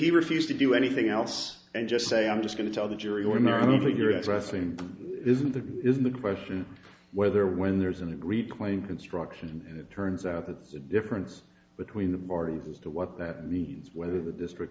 he refused to do anything else and just say i'm just going to tell the jury we're not over your ex wrestling isn't the isn't the question of whether when there's an agreed claim construction and it turns out that the difference between the parties as to what that means whether the district